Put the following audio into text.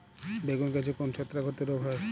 বেগুন গাছে কোন ছত্রাক ঘটিত রোগ হয়?